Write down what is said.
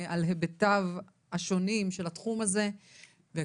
על כל היבטיו השונים של התחום הזה וכמובן,